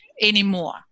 anymore